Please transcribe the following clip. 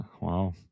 Wow